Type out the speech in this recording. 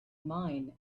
mine